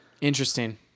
Interesting